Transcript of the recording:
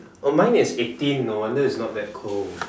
oh mine is eighteen no wonder it's not that cold